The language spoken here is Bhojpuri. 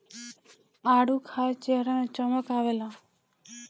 आडू खाए चेहरा में चमक आवेला